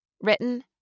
Written